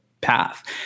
path